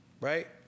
right